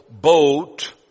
boat